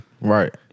Right